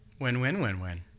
Win-win-win-win